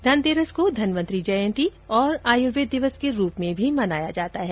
धन तेरस को धन्वंतरि जयंती और आयुर्वेद दिवस के रूप में भी मनाया जाता है